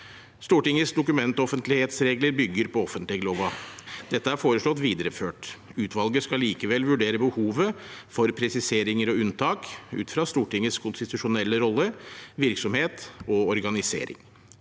Stortingets dokumentoffentlighetsregler bygger på offentleglova. Dette er foreslått videreført. Utvalget skal likevel vurdere behovet for presiseringer og unntak ut fra Stortingets konstitusjonelle rolle, virksomhet og organisering.